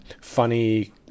funny